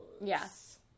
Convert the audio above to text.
Yes